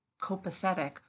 copacetic